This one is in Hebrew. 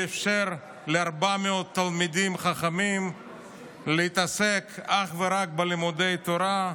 שאפשר ל-400 תלמידים חכמים להתעסק אך ורק בלימודי תורה,